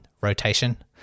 rotation